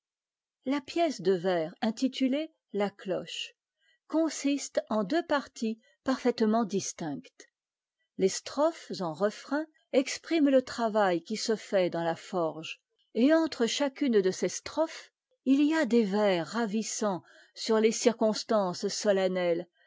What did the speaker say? la pièce de vers intitulée c ocae consiste en deuxtparties parfaitement distinctes tes strophes en refrain expriment te travait qui se fait dans la forge et entrechaçunede ces strophes it y a des vers ravissants sur tes circonstances solennelles